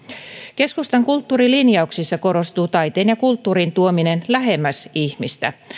keskustan kulttuurilinjauksissa korostuu taiteen ja kulttuurin tuominen lähemmäs ihmistä